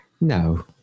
No